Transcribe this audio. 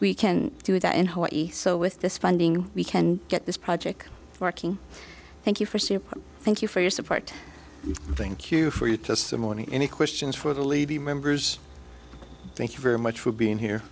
we can do that in hawaii so with this funding we can get this project working thank you for super thank you for your support thank you for your testimony any questions for the levy members thank you very much for being here